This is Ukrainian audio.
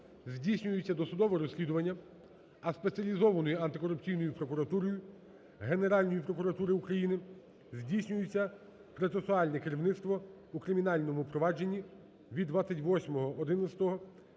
здійснюється досудове розслідування, а Спеціалізованою антикорупційною прокуратурою, Генеральною прокуратурою України здійснюється процесуальне керівництво у кримінальному провадженні від 28.11.2016